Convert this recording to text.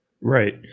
Right